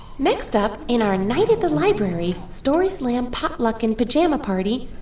next up in our night at the library story slam potluck and pajama party,